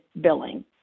billing